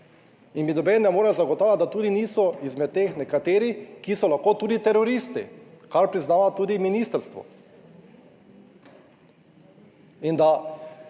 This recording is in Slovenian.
In mi noben ne more zagotavljati, da tudi niso izmed teh nekateri, ki so lahko tudi teroristi, kar priznava tudi ministrstvo. In da